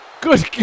Good